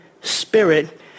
spirit